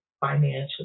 financially